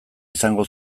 izango